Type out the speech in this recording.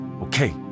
okay